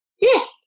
Yes